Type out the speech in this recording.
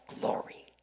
glory